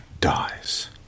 dies